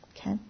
Okay